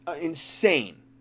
insane